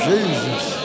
Jesus